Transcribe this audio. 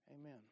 Amen